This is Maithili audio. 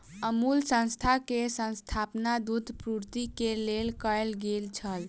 अमूल संस्थान के स्थापना दूध पूर्ति के लेल कयल गेल छल